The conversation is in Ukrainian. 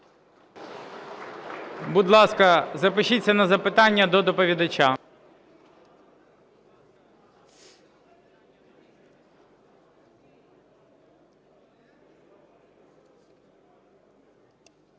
Будь ласка, запишіться на запитання до доповідача.